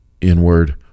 inward